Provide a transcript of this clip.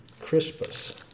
Crispus